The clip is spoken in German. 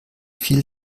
viel